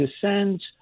descends